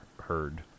heard